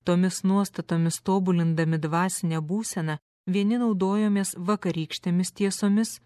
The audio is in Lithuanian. tomis nuostatomis tobulindami dvasinę būseną vieni naudojomės vakarykštėmis tiesomis